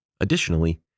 Additionally